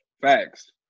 Facts